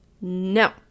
No